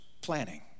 planning